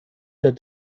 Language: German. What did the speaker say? der